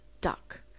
duck